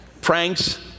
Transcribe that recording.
pranks